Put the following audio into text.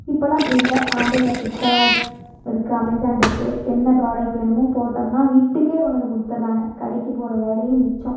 இப்போல்லாம் அப்படி இல்லை ஆன்லைனில் ஃப்ளிப்கார்ட் இருக்கு அமேசான் இருக்கு என்ன ப்ராடெக்ட் வேணுமோ போட்டம்ன்னா வீட்டுக்கே கொண்டு வந்து கொடுத்தட்றாங்க கடைக்கு போகிற வேலையும் மிச்சம்